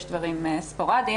אולי ספורים.